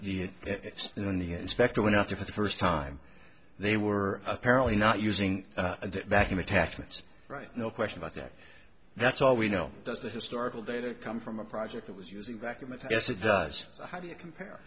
the when the inspector went out there for the first time they were apparently not using the vacuum attachments right no question about that that's all we know does the historical data come from a project that was using vacuum and yes it does how do you compare